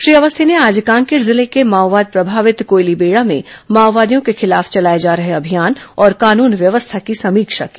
श्री अवस्थी ने आज कांकेर जिले के माओवाद प्रभावित कोयलीबेड़ा में माओवादियों के खिलाफ चलाए जा रहे अभियान और कानून व्यवस्था की समीक्षा की